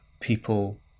people